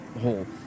hole